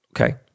okay